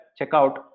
checkout